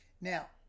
now